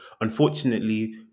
unfortunately